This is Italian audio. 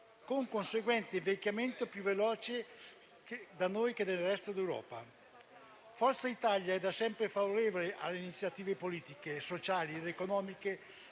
con conseguente invecchiamento più veloce da noi che nel resto d'Europa. Forza Italia è da sempre favorevole alle iniziative politiche, sociali ed economiche